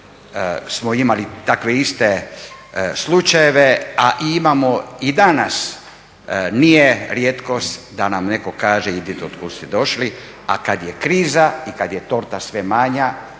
smo imali takve iste slučajeve, a i imamo i danas, nije rijetkost da nam netko kaže, idite od kuda ste došli, a kad je kriza i kad je torta sve manja,